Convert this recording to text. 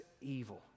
evil